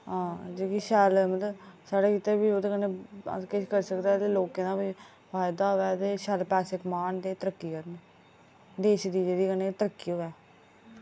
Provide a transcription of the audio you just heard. हां जेह्की शैल मतलब साढ़े इत्थै बी उ'दे कन्नै अस किश करि सकदे ते लोकें दा वि फायदा होए ते शैल पैसे कमान ते तरक्की करन देश दी जिह्दे कन्नै तरक्की होऐ